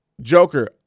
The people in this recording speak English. Joker